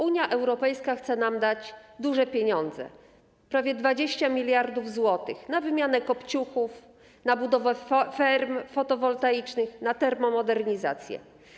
Unia Europejska chce nam dać duże pieniądze: prawie 20 mld zł na wymianę kopciuchów, na budowę farm fotowoltaicznych, na termomodernizację.